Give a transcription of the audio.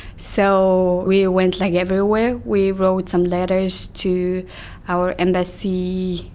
so we ah went like everywhere. we wrote some letters to our embassy,